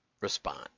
respond